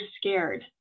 scared